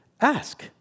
ask